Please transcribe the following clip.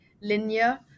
linear